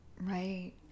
Right